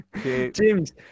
James